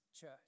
church